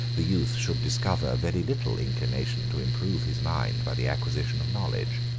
the youth should discover very little inclination to improve his mind by the acquisition of knowledge.